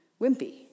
wimpy